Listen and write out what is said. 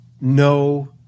no